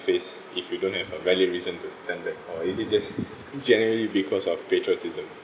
phase if you don't have a valid reason to turn back or is it just generally because of patriotism